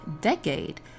decade